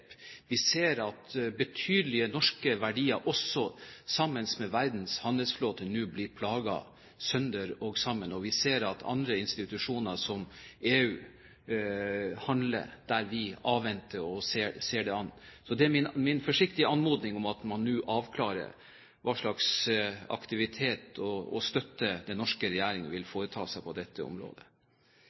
Vi ser at også betydelige norske verdier – sammen med verdens handelsflåte – nå blir plaget sønder og sammen. Og vi ser at andre institusjoner, som EU, handler der vi avventer og ser det an. Så det er min forsiktige anmodning at man nå avklarer hva slags aktivitet og støtte den norske regjering vil foreta seg på dette området.